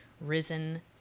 risen